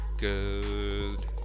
good